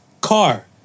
car